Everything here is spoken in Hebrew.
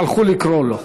הלכו לקרוא לו.